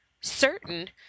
Certain